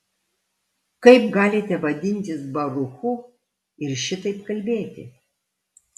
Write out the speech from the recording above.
kaip galite vadintis baruchu ir šitaip kalbėti